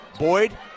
Boyd